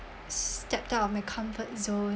stepped out of my comfort zone